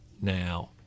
now